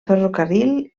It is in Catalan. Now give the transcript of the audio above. ferrocarril